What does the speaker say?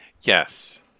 Yes